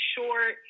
short